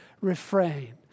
refrain